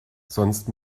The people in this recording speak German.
sonst